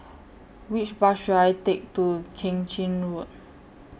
Which Bus should I Take to Keng Chin Road